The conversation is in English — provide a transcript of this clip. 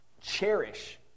cherish